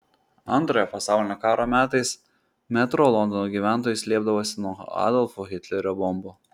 antrojo pasaulinio karo metais metro londono gyventojai slėpdavosi nuo adolfo hitlerio bombų